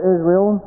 Israel